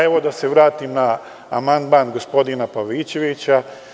Evo da se vratim na amandman gospodina Pavićevića.